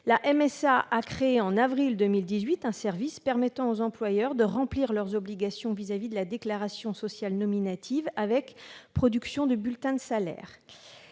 La MSA a créé, au mois d'avril 2018, un service permettant aux employeurs de remplir leurs obligations vis-à-vis de la déclaration sociale nominative, avec production de bulletins de salaire.